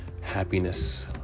happiness